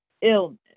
illness